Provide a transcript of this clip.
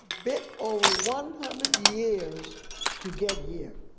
bit over one hundred years to get here,